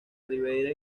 ribera